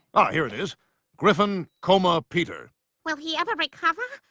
ah, here it is griffin coma peter will he ever recover?